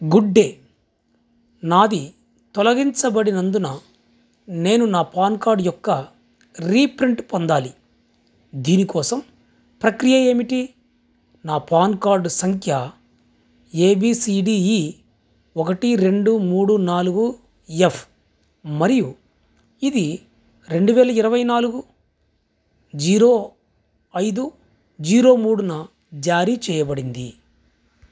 good day నాది తొలగించబడినందున నేను నా పాన్ కార్డు యొక్క రీప్రింట్ పొందాలి దీని కోసం ప్రక్రియ ఏమిటి నా పాన్ కార్డు సంఖ్య A B C D E ఒకటి రెండు మూడు నాలుగు ఎఫ్ మరియు ఇది రెండు వేల ఇరవై నాలుగు జీరో ఐదు జీరో మూడున జారీ చేయబడింది